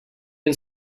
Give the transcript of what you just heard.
can